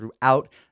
throughout